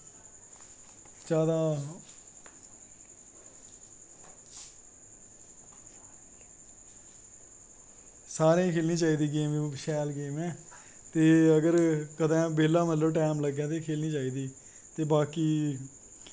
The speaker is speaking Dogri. ते सारें गी खेलनी चाही दी गेम शैल गेम ऐ ते अगर बैह्ला मतलव की टैम लग्गै ते खेलनी चाही दी ते बाकी